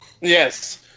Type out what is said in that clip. Yes